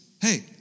hey